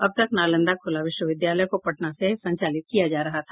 अब तक नालंदा खुला विश्वविद्यालय को पटना से संचालित किया जा रहा था